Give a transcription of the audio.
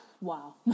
wow